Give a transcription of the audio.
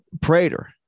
Prater